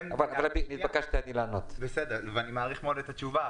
אני מעריך מאוד את התשובה,